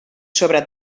sobre